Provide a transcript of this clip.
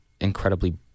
incredibly